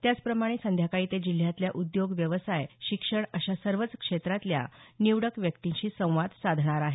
त्याचप्रमाणे संध्याकाळी ते जिल्ह्यातल्या उद्योग व्यवसाय शिक्षण अशा सर्वच क्षेत्रातल्या निवडक व्यक्तिंशी संवाद साधणार आहेत